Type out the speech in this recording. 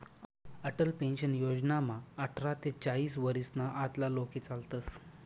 Atal pension योजनामा आठरा ते चाईस वरीसना आतला लोके चालतस